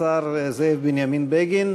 השר זאב בנימין בגין,